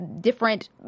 different